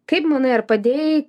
kaip manai ar padėjai